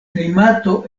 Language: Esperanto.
klimato